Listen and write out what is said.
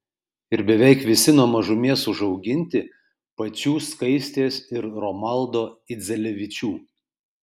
ir beveik visi nuo mažumės užauginti pačių skaistės ir romaldo idzelevičių